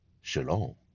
Shalom